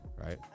right